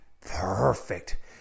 perfect